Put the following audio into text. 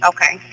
Okay